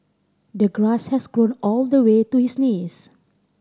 the grass has grown all the way to his knees